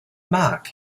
mark